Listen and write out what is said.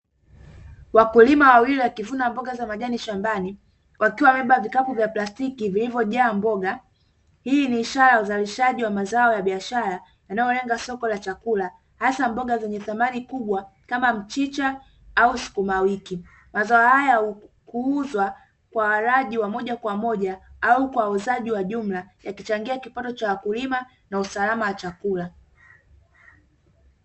Wakulima wawili wakivuna mboga za majani shambani, wakiwa wamebeba vikapu vya plastiki vilivyojaa mboga. Hii ni ishara ya uzalishaji wa mazao ya biashara yanayolenga soko la chakula hasa mboga zenye thamani kubwa kama mchicha au sukuma wiki. Mazao haya huuzwa kwa walaji wa moja kwa moja au kwa wauzaji wa jumla yakichangia kipato cha wakulima na usalama wa chakula.